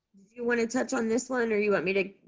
you wanna touch on this one or you want me to?